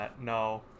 No